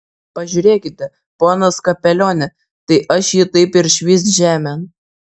pažiūrėkite ponas kapelione tai aš jį taip ir švyst žemėn